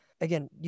Again